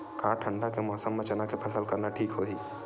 का ठंडा के मौसम म चना के फसल करना ठीक होही?